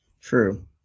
True